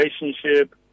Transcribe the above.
relationship